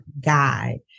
guide